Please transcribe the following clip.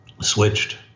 switched